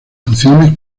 funciones